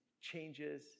changes